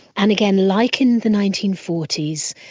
and again, like in the nineteen forty s,